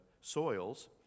soils